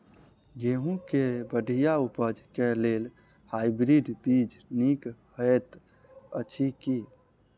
गेंहूँ केँ बढ़िया उपज केँ लेल हाइब्रिड बीज नीक हएत अछि की?